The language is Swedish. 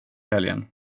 helgen